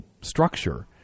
structure